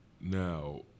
Now